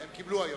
הם קיבלו היום.